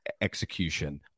execution